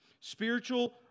Spiritual